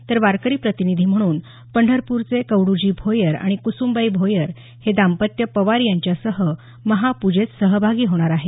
तर वारकरी प्रतिनिधी म्हणून पंढरपूरचे कवडूजी भोयर आणि कुस्मबाई भोयर हे दांपत्य पवार यांच्यासह महापूजेत सहभागी होणार आहे